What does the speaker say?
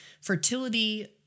fertility